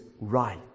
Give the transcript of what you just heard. right